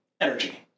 energy